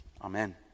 Amen